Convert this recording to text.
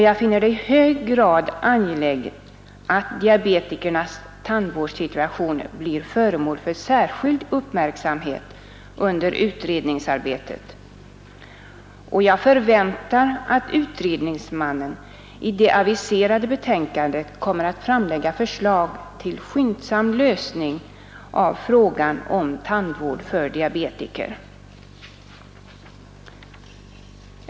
Jag finner det i hög grad angeläget att diabetikernas tandvårdssituation blir föremål för särskild uppmärksamhet under utredningsarbetet. Vi förväntar att utredningsmannen i det aviserade betänkandet kommer att framlägga förslag till skyndsam lösning av frågan om tandvård för diabetiker.